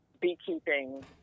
beekeeping